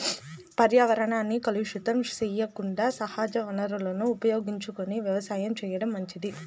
పర్యావరణాన్ని కలుషితం సెయ్యకుండా సహజ వనరులను ఉపయోగించుకొని వ్యవసాయం చేయటం మంచిది